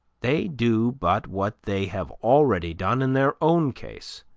they do but what they have already done in their own case,